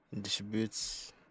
Distributes